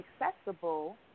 accessible